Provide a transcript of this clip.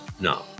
No